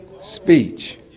Speech